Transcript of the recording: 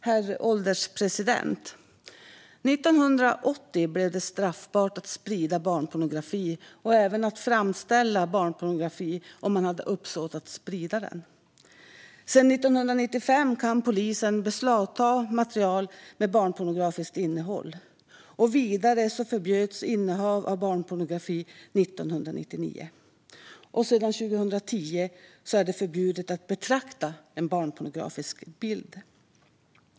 Herr ålderspresident! År 1980 blev det straffbart att sprida barnpornografi och även att framställa barnpornografi om man hade uppsåt att sprida den. Sedan 1995 kan polisen beslagta material med barnpornografiskt innehåll. Vidare förbjöds innehav av barnpornografi 1999. Sedan 2010 är det förbjudet att betrakta en barnpornografisk bild.